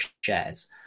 shares